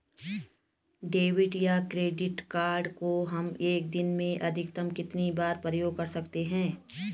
Debit या credit card को हम एक दिन में अधिकतम कितनी बार प्रयोग कर सकते हैं?